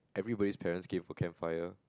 everybody's parents came for campfire